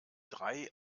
drei